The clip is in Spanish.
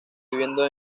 viviendo